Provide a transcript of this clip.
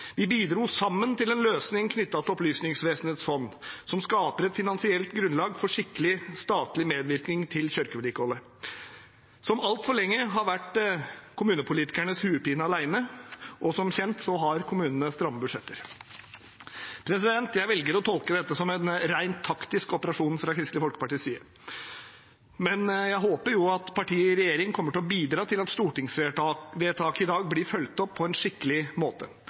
Vi bidro sammen til en løsning knyttet til Opplysningsvesenets fond, som skaper et finansielt grunnlag for en skikkelig statlig medvirkning til kirkevedlikeholdet, som altfor lenge har vært kommunepolitikernes hodepine alene, og som kjent har kommunene stramme budsjetter. Jeg velger å tolke dette som en rent taktisk operasjon fra Kristelig Folkepartis side, men jeg håper jo at partiet i regjering kommer til å bidra til at stortingsvedtaket i dag blir fulgt opp på en skikkelig måte.